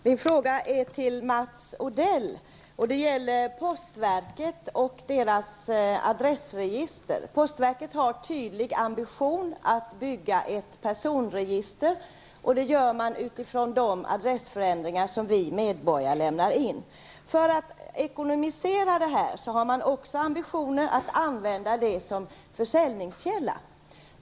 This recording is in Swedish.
Herr talman! Jag riktar min fråga till Mats Odell. Den handlar om postverket och dess adressregister. Postverket har en tydlig ambition att bygga upp ett personregister utifrån de adressförändringar som vi medborgare lämnar in till posten. För att göra det hela ekonomiskt har man också ambitioner att använda registret som inkomstkälla.